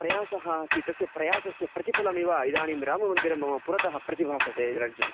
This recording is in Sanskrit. प्रयासः आसीत् तस्य प्रयासस्य प्रतिफलमिव इदानीं राममन्दिरं मम पुरतः प्रतिभासते निरञ्जनः